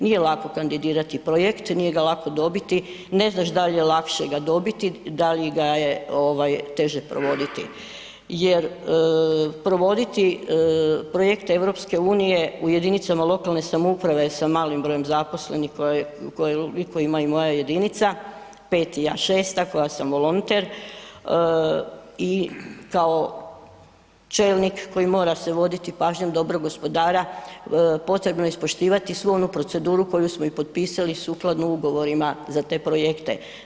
Nije lako kandidirat projekte nije ga lako dobiti, ne znaš da li je lakše ga dobiti, da li ga je ovaj teže provoditi jer provoditi projekte EU u jedinicama lokalne samouprave sa malim brojem zaposlenih koje ima i moja jedinica 5 i ja 6-ta koja sam volonter i kao čelnik koji mora se voditi pažnjom dobrog gospodara potrebno je ispoštivati svu onu proceduru koju smo i potpisali sukladno ugovorima za te projekte.